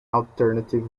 alternative